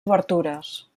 obertures